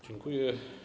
Dziękuję.